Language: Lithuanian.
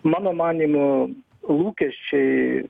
mano manymu lūkesčiai